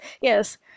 Yes